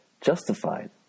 justified